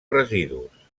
residus